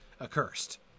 accursed